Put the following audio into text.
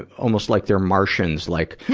almost like they're martians. like,